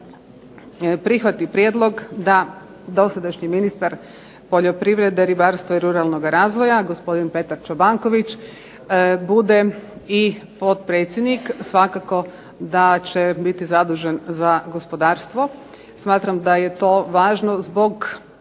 prihvati prijedlog da dosadašnjim ministar poljoprivrede, ribarstva i ruralnog razvoja gospodin Petar Čobanković bude i potpredsjednik. Svakako da će biti zadužen za gospodarstvo. Smatram da je to važno zbog